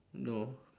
no